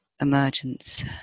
emergence